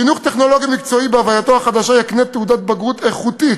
חינוך טכנולוגי-מקצועי בהווייתו החדשה יקנה תעודת בגרות איכותית,